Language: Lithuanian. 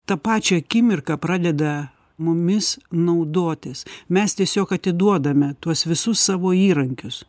tą pačią akimirką pradeda mumis naudotis mes tiesiog atiduodame tuos visus savo įrankius